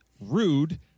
rude